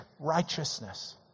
righteousness